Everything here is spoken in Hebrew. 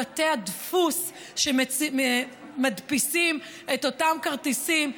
בתי הדפוס שמדפיסים את אותם כרטיסים.